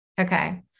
Okay